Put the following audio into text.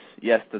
Yes